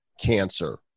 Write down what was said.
cancer